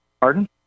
Pardon